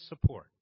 support